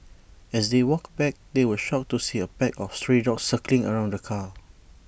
as they walked back they were shocked to see A pack of stray dogs circling around the car